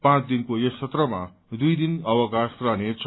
पाँच दिनको यस सत्रमा दुइ दिन अवकाश रहनेछ